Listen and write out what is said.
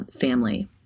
family